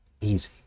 easy